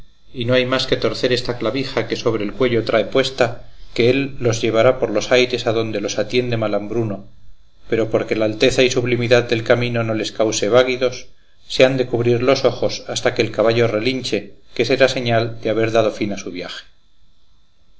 y no hay más que torcer esta clavija que sobre el cuello trae puesta que él los llevará por los aires adonde los atiende malambruno pero porque la alteza y sublimidad del camino no les cause váguidos se han de cubrir los ojos hasta que el caballo relinche que será señal de haber dado fin a su viaje